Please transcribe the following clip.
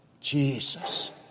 Jesus